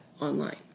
online